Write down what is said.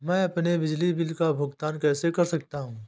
मैं अपने बिजली बिल का भुगतान कैसे कर सकता हूँ?